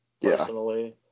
personally